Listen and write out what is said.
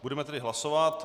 Budeme tedy hlasovat.